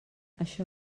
això